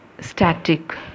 static